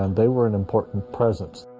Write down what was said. and they were an important presence